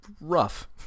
rough